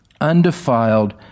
undefiled